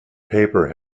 paper